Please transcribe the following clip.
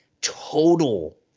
total